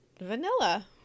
vanilla